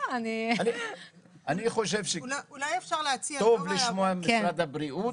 אולי אפשר להציע -- אני חושב שטוב לשמוע את משרד הבריאות,